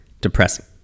depressing